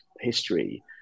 history